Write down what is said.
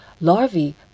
larvae